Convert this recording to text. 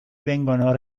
vengono